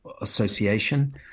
Association